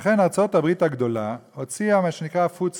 לכן ארצות-הברית הגדולה הוציאה מה שנקרא Food Stamps,